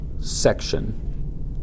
section